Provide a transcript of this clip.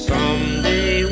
Someday